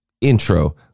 intro